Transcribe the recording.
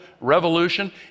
revolution